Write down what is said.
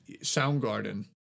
Soundgarden